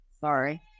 Sorry